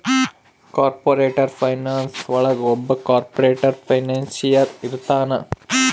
corporate finance ಒಳಗ ಒಬ್ಬ corporate financier ಇರ್ತಾನ